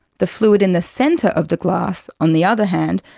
the fluid in the centre of the glass, on the other hand,